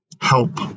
help